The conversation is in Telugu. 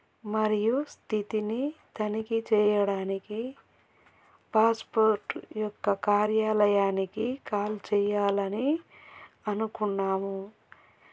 మరియు స్థితిని తనిఖీ చేయడానికి పాస్పోర్ట్ యొక్క కార్యాలయానికి కాల్ చేయాలని అనుకున్నాము